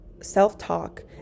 self-talk